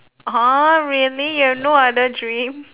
orh really you have no other dream